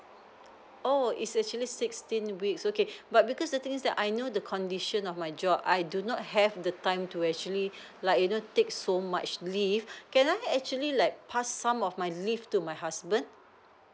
oh it's actually sixteen weeks okay but because the thing is that I know the condition of my job I do not have the time to actually like you know take so much leave can I actually like pass some of my leave to my husband